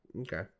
okay